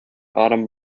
autumn